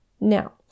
Now